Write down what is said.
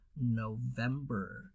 november